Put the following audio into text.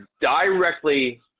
directly